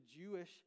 Jewish